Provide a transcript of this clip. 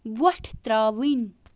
وۄٹھ ترٛاوٕنۍ